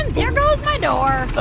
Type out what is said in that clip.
and there goes my door but